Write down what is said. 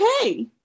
okay